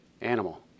animal